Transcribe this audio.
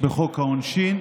בחוק העונשין,